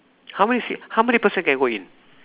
how many seat how many person can go in